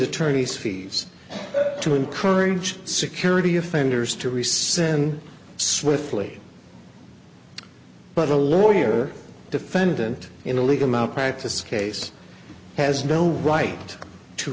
attorney's fees to encourage security offenders to rescind swiftly but a lawyer defendant in a legal malpractise case has no right to